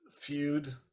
feud